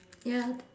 ya